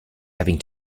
having